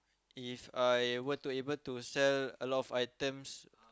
If I were to able to sell a lot of items